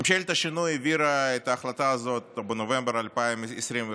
ממשלת השינוי העבירה את ההחלטה הזאת בנובמבר 2021,